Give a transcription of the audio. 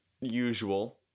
usual